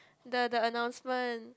the the announcement